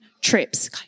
trips